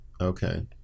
Okay